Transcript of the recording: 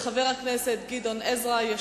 חבר הכנסת גדעון עזרא.